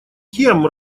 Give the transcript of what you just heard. кем